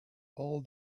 all